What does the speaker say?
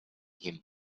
him